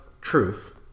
truth